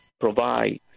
provide